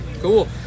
Cool